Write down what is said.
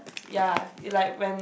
ya you like when